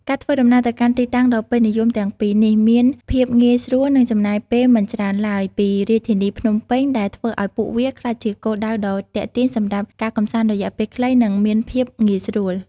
ការធ្វើដំណើរទៅកាន់ទីតាំងដ៏ពេញនិយមទាំងពីរនេះមានភាពងាយស្រួលនិងចំណាយពេលមិនច្រើនឡើយពីរាជធានីភ្នំពេញ ដែលធ្វើឲ្យពួកវាក្លាយជាគោលដៅដ៏ទាក់ទាញសម្រាប់ការកម្សាន្តរយៈពេលខ្លីនិងមានភាពងាយស្រួល។